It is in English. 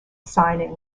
signing